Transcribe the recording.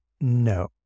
No